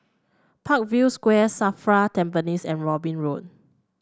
Parkview Square Safra Tampines and Robin Road